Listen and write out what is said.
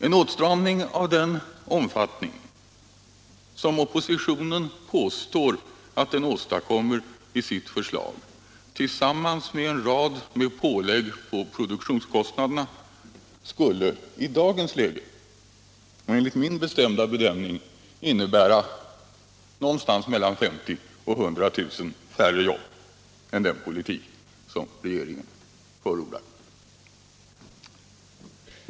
En åtstramning av den omfattning som oppositionen påstår att den åstadkommer i sitt förslag tillsammans med en rad pålägg på produktionskostnaderna skulle enligt min bedömning i dagens läge innebära att vi får mellan 50 000 och 100 000 färre jobb än vi får med den politik regeringen förordar.